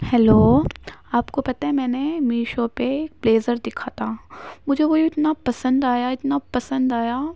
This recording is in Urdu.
ہیلو آپ کو پتا ہے میں نے میشو پہ بلیزر دیکھا تھا مجھے وہ اتنا پسند آیا اتنا پسند آیا